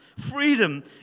freedom